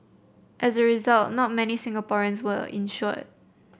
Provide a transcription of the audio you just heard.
as a result not many Singaporeans were insured